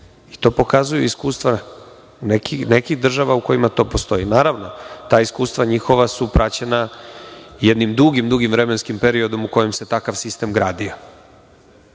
i to pokazuju iskustva nekih država u kojima to postoji. Naravno, ta iskustva njihova su praćena jednim dugim, dugim vremenskim periodom u kome se takav sistem gradio. Ali,